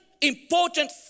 important